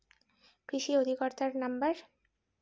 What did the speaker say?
কৃষি অধিকর্তার নাম্বার?